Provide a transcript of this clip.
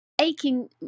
aching